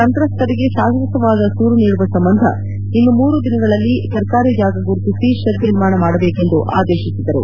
ಸಂತ್ರಸ್ತರಿಗೆ ಶಾಶ್ಲತವಾದ ಸೂರು ನೀಡುವ ಸಂಬಂಧ ಇನ್ನು ಮೂರು ದಿನಗಳಲ್ಲಿ ಸರ್ಕಾರಿ ಜಾಗ ಗುರುತಿಸಿ ಶೆಡ್ ನಿರ್ಮಾಣ ಮಾಡಬೇಕು ಎಂದು ಆದೇಶಿಸಿದರು